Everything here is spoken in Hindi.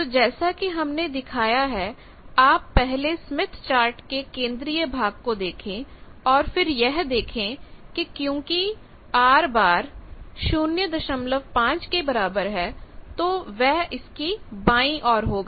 तो जैसा कि हमने दिखाया है आप पहले स्मिथ चार्ट के केंद्रीय भाग को देखें और फिर यह देखें कि क्योंकि R 05 के बराबर है तो वह इसकी बाई और होगा